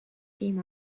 came